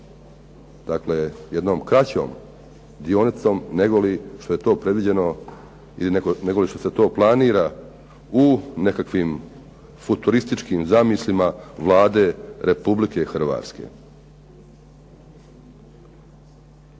Dakle, jednom kraćom dionicom negoli što je to predviđeno ili negoli što se to planira u nekakvim futurističkim zamislima Vlade Republike Hrvatske.